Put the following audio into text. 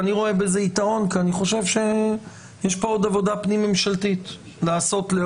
אני מסכימה עם הנקודה שהעלה היועץ המשפטי של הוועדה,